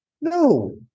No